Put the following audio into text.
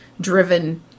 driven